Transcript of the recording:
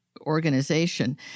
organization